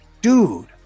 Dude